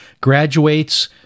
graduates